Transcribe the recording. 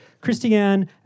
Christiane